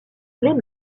les